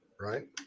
Right